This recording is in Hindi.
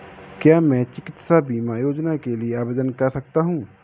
क्या मैं चिकित्सा बीमा योजना के लिए आवेदन कर सकता हूँ?